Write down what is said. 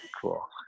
cool